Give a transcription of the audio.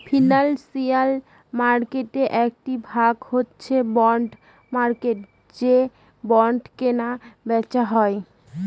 financial মার্কেটের একটি ভাগ হচ্ছে বন্ড মার্কেট যে বন্ডে কেনা বেচা হয়